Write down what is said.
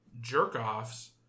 jerk-offs